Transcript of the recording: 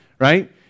right